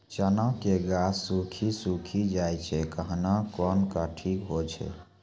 चना के गाछ सुखी सुखी जाए छै कहना को ना ठीक हो छै?